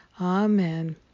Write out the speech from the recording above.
Amen